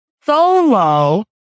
solo